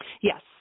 yes